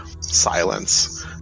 silence